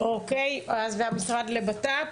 או המשרד לבט"פ?